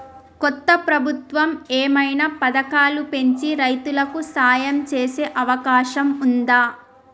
కొత్త ప్రభుత్వం ఏమైనా పథకాలు పెంచి రైతులకు సాయం చేసే అవకాశం ఉందా?